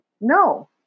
No